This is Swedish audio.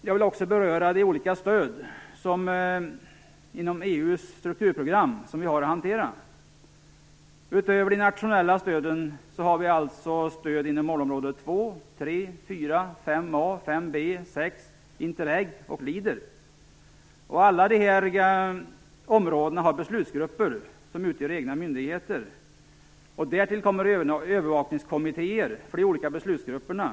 Jag vill också beröra de olika stöd inom EU:s strukturprogram som vi har att hantera. Utöver det nationella stöden har vi alltså stöd inom målområde 2, 3, 4, 5a, 5b och 6 samt Interreg och Leader. Alla dessa områden har beslutsgrupper som utgör egna myndigheter. Därtill kommer övervakningskommittéer för de olika beslutsgrupperna.